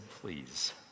please